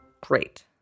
Great